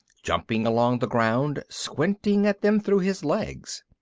jumping along the ground, squinting at them through his legs.